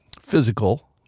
physical